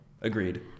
agreed